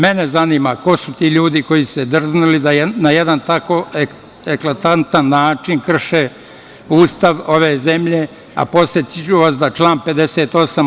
Mene zanima – ko su ti ljudi koji su se drznuli da na jedan tako eklantantan način krše Ustav ove zemlje, a podsetiću vas da član 58.